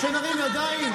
שנרים ידיים?